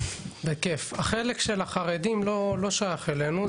החלק של החרדים לא שייך אלינו,